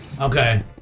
Okay